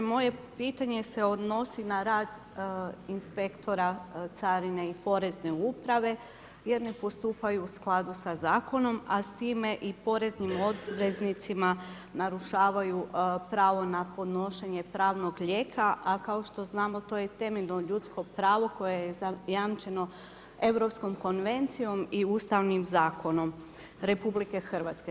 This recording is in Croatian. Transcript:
Moje pitanje se odnosi na rad inspektora, carine i porezne uprave jer ne postupaju u skladu sa zakonom, a s time i poreznim obveznicima narušavaju pravo na podnošenje pravnog lijeka, a kao što znamo to je temeljno ljudsko pravo koje je zajamčeno Europskom konvencijom i Ustavnim zakonom RH.